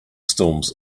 storms